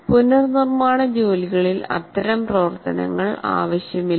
പുനർനിർമ്മാണ ജോലികളിൽ അത്തരം പ്രവർത്തനങ്ങൾ ആവശ്യമില്ല